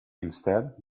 instead